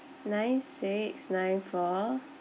nine six nine four